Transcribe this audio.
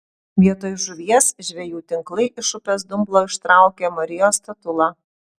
vietoj žuvies žvejų tinklai iš upės dumblo ištraukė marijos statulą